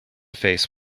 face